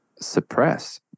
suppress